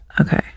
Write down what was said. Okay